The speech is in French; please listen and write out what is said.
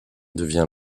devient